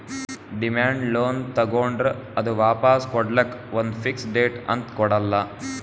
demand loan ತಗೋಂಡ್ರ್ ಅದು ವಾಪಾಸ್ ಕೊಡ್ಲಕ್ಕ್ ಒಂದ್ ಫಿಕ್ಸ್ ಡೇಟ್ ಅಂತ್ ಕೊಡಲ್ಲ